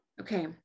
Okay